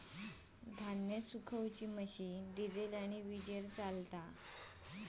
धान्य सुखवुची machine diesel आणि वीजेवर चलता